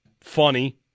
funny